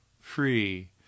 free